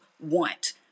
want